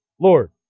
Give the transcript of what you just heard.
Lord